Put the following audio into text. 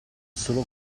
solo